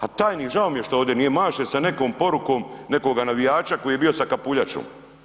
A tajnik, žao mi je što ovdje nije, maše sa nekom porukom nekoga navijača koji je bio sa kapuljačom.